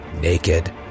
naked